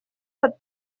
под